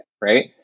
right